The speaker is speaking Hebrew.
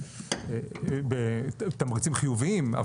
תמריצים חיוביים.